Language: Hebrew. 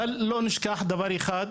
בלי נשכח דבר אחד,